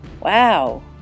Wow